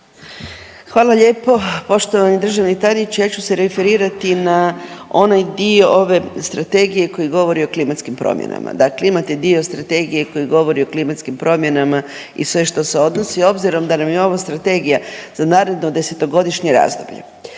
Hvala lijepo poštovani državni tajniče, ja ću se referirati na onaj dio ove Strategije koji govori o klimatskim promjenama. Dakle imate dio Strategije koji govori o klimatskim promjenama i sve što se odnosi. Obzirom da nam je ova Strategija za naredno desetogodišnje razdoblje,